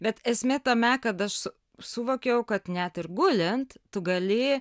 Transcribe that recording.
bet esmė tame kad aš suvokiau kad net ir gulint tu gali